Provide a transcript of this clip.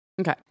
Okay